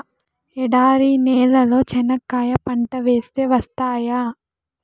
ఎడారి నేలలో చెనక్కాయ పంట వేస్తే వస్తాయా?